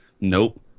Nope